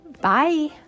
Bye